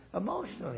emotionally